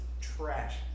trash